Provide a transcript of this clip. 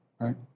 right